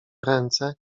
ręce